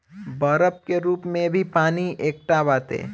बरफ के रूप में भी पानी एकट्ठा बाटे